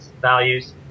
values